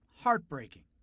heartbreaking